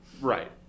Right